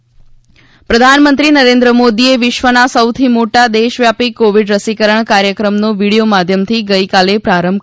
PM રસીકરણ પ્રધાનમંત્રી નરેન્દ્ર મોદીએ વિશ્વના સૌથી મોટા દેશવ્યાપી કોવિડ રસીકરણ કાર્યક્રમનો વિડિયો માધ્યમથી ગઇકાલે પ્રારંભ કરાવ્યો